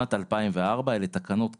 משנת 2004. אלה תקנות קיימות,